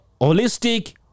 holistic